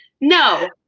No